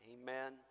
amen